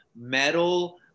metal